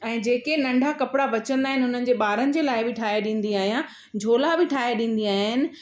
ऐं जेके नंढा कपिड़ा बचंदा आहिनि उन्हनि जे ॿारनि जे लाइ बि ठाहे ॾींदी आहियां झोला बि ठाहे ॾींदी आहियानि